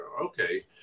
Okay